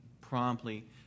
promptly